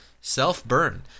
Self-burn